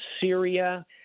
Syria